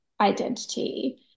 identity